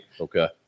Okay